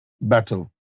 battle